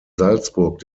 salzburg